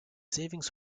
savings